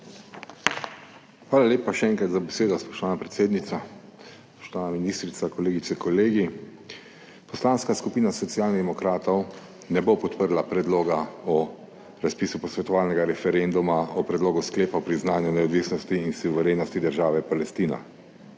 Hvala lepa, še enkrat, za besedo, spoštovana predsednica. Spoštovana ministrica, kolegice, kolegi! Poslanska skupina Socialnih demokratov ne bo podprla Predloga o razpisu posvetovalnega referenduma o Predlogu sklepa o priznanju neodvisnosti in suverenosti države Palestina.